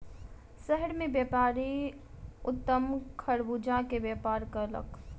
शहर मे व्यापारी उत्तम खरबूजा के व्यापार कयलक